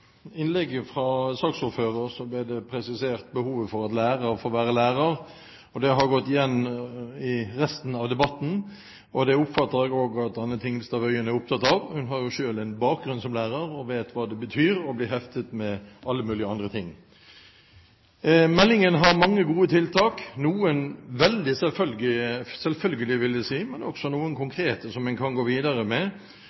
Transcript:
resten av debatten. Det oppfatter jeg også at Anne Tingelstad Wøien er opptatt av. Hun har jo selv en bakgrunn som lærer, og vet hva det betyr å bli heftet med alle mulige andre ting. Meldingen har mange gode tiltak, noen veldig selvfølgelige, vil jeg si, men også noen